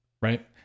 Right